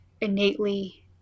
innately